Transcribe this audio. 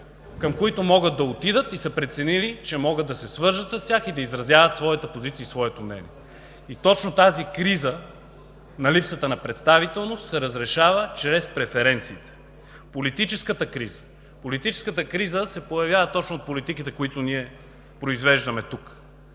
към които могат да отидат и са преценили, че могат да се свържат с тях и да изразяват своята позиция и своето мнение. Точно тази криза на липсата на представителност се разрешава чрез преференциите. Политическата криза се появява точно от политиките, които ние произвеждаме тук.